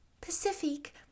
Pacific